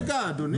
רגע, אדוני.